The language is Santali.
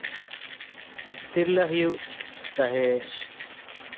ᱛᱤᱨᱞᱟᱹ ᱦᱩᱭᱩᱜ ᱪᱟᱦᱮ